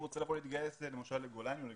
רוצה להתגייס למשל לגולני או גבעתי,